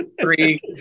three